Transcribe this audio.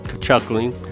chuckling